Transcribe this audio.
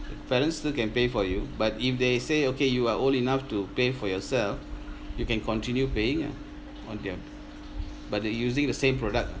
parents still can pay for you but if they say okay you are old enough to pay for yourself you can continue paying ah on their but they're using the same product ah